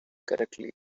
correctly